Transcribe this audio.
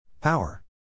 Power